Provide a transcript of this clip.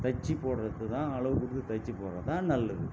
தைச்சி போடுறது தான் அளவு கொடுத்து தைச்சி போடுறது தான் நல்லது